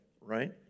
right